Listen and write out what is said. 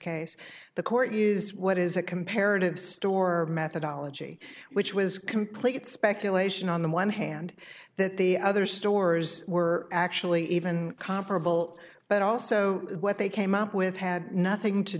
case the court use what is a comparative store methodology which was complete speculation on the one hand that the other stores were actually even comparable but also what they came up with had nothing to